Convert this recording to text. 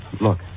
Look